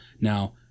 now